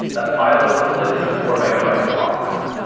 that file is split into four megabyte blocks.